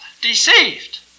deceived